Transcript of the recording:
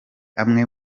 amwe